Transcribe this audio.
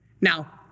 Now